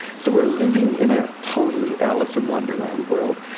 so we're living in a totally alice in wonderland world.